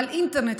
על אינטרנט,